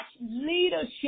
leadership